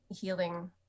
healing